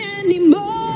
anymore